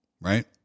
right